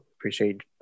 Appreciate